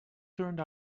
turned